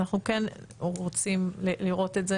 אנחנו כן רוצים לראות את זה,